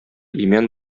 имән